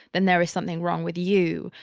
then there is something wrong with you.